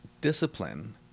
discipline